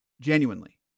Genuinely